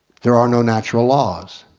there are no natural laws.